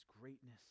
greatness